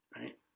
Right